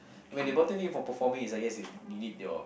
I mean the important thing for performing is I guess you you need your